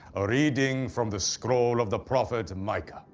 a reading from the scroll of the prophet and micah.